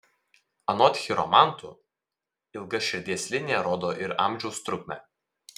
anot chiromantų ilga širdies linija rodo ir amžiaus trukmę